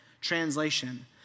translation